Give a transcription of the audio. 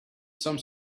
some